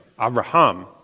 Abraham